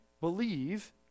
Believe